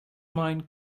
mine